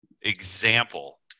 example